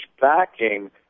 backing